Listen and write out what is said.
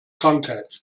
krankheit